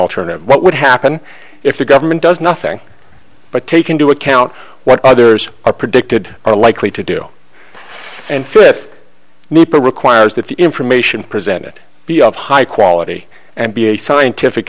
alternative what would happen if the government does nothing but take into account what others are predicted are likely to do and fifth nepa requires that the information presented be of high quality and be a scientific